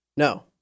No